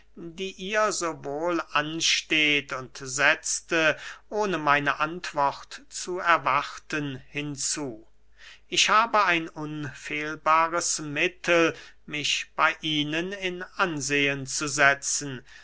die ihr so wohl ansteht und setzte ohne meine antwort zu erwarten hinzu ich habe ein unfehlbares mittel mich bey ihnen in ansehen zu setzen